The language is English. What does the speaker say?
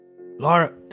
Laura